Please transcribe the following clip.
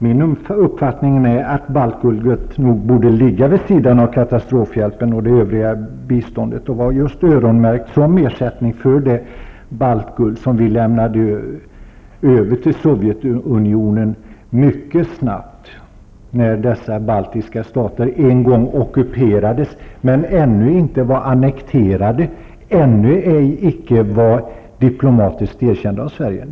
Min uppfattning är att baltguldet nog borde ligga vid sidan av katastrofhjälpen och det övriga biståndet och vara öronmärkt just som en ersättning för det baltguld som vi mycket snabbt lämnade över till Sovjetunionen när dessa baltiska stater en gång ockuperades men ännu inte var annekterade och ännu ej var diplomatiskt erkända av Sverige.